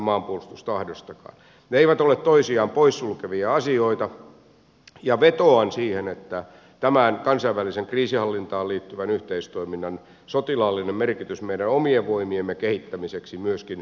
ne eivät ole toisiaan poissulkevia asioita ja vetoan siihen että tämän kansainväliseen kriisinhallintaan liittyvän yhteistoiminnan sotilaallinen merkitys meidän omien voimiemme kehittämiseksi myöskin myönnettäisiin vahvasti